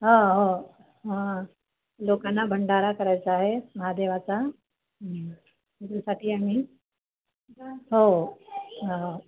हो हो हं लोकांना भंडारा करायचा आहे महादेवाचा हं त्याच्यासाठी आम्ही हो हो